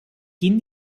quin